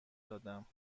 دادم